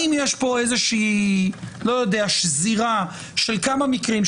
האם יש פה איזה שזירה של כמה מקרים,